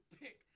pick